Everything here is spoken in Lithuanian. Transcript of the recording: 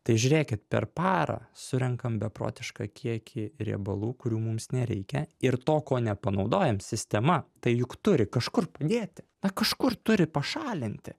tai žiūrėkit per parą surenkam beprotišką kiekį riebalų kurių mums nereikia ir to ko nepanaudojam sistema tai juk turi kažkur dėti na kažkur turi pašalinti